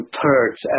thirds